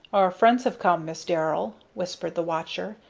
our friends have come, miss darrell, whispered the watcher.